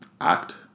act